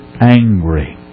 angry